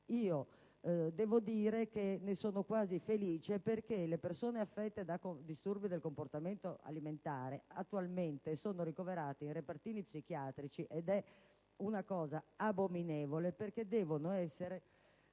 che personalmente ne sono quasi felice; infatti, le persone affette da disturbi del comportamento alimentare attualmente sono ricoverate in repartini psichiatrici ed è una cosa abominevole, perché dovrebbero essere